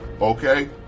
okay